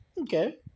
Okay